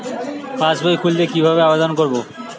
পাসবই খুলতে কি ভাবে আবেদন করব?